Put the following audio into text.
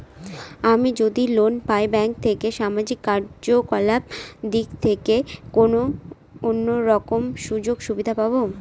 আমি যদি লোন পাই ব্যাংক থেকে সামাজিক কার্যকলাপ দিক থেকে কোনো অন্য রকম সুযোগ সুবিধা পাবো?